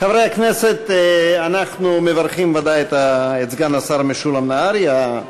חברי הכנסת, אנחנו מברכים את סגן השר משולם נהרי,